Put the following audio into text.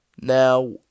Now